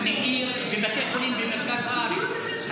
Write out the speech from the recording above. מאיר ובתי חולים במרכז הארץ.